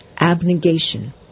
abnegation